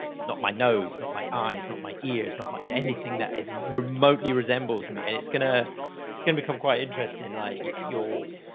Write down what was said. not my nose, not my eyes, not my ears, not my, anything that it remotely resembles me and it's going to, it's going to become quite interested in like your,